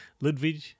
Ludwig